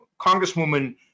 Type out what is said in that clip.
Congresswoman